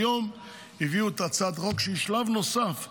היום הביאו את הצעת החוק, שהיא שלב נוסף ברפורמה,